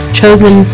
chosen